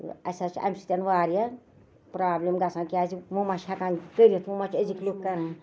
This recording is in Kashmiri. تہٕ اَسہِ حظ چھِ اَمہِ سۭتۍ ہن واریاہ پروبلِم گژھان کیازِ وۄنۍ مہ چھِ ہٮ۪کان کٔرِتھ وۄنۍ مہ چھِ أزِکۍ لُکھ کران